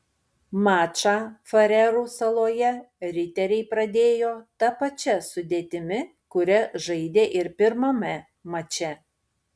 mačą farerų saloje riteriai pradėjo ta pačia sudėtimi kuria žaidė ir pirmame mače